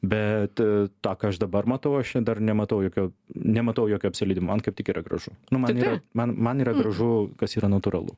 bet tą ką aš dabar matau aš čia dar nematau jokio nematau jokio apsileidimo man kaip tik yra gražu nu man yra man man yra gražu kas yra natūralu